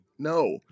No